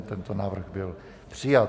Tento návrh byl přijat.